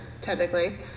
technically